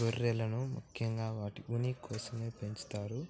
గొర్రెలను ముఖ్యంగా వాటి ఉన్ని కోసమే పెంచుతారు